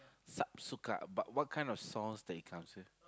Subsuka but what kind of sauce that it comes with